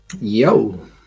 Yo